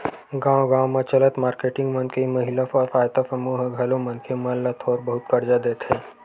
गाँव गाँव म चलत मारकेटिंग मन के महिला स्व सहायता समूह ह घलो मनखे मन ल थोर बहुत करजा देथे